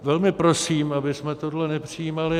Velmi prosím, abychom tohle nepřijímali.